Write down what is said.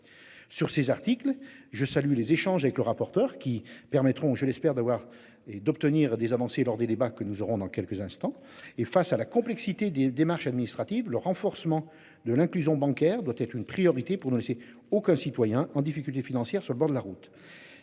sur ces articles. Je salue les échanges avec le rapporteur qui permettront je l'espère d'avoir et d'obtenir des avancées lors des débats que nous aurons dans quelques instants et face à la complexité des démarches administratives, le renforcement de l'inclusion bancaire doit être une priorité pour ne laisser aucun citoyen en difficulté financière sur le bord de la route.